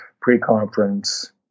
pre-conference